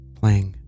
playing